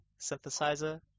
synthesizer